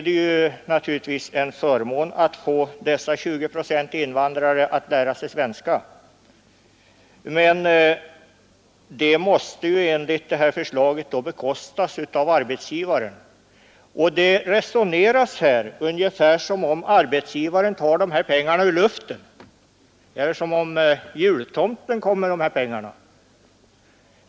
Det är naturligtvis en förmån att få dessa 20 procent invandrare att lära sig svenska, men det måste enligt förslaget bekostas av arbetsgivaren. Det resoneras här ungefär som om arbetsgivarna tar de pengarna ur luften eller som om jultomten kom med dem.